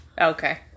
Okay